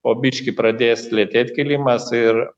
po biškį pradės lėtėt kilimas ir